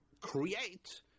create